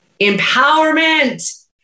Empowerment